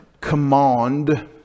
Command